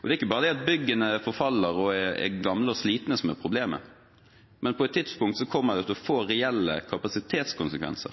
Problemet er ikke bare at byggene forfaller og er gamle og slitne, men på et tidspunkt kommer det til å få